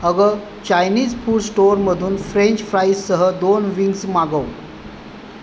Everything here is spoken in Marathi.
अगं चायनीज फूड स्टोअरमधून फ्रेंच फ्राईजसह दोन विंग्स मागव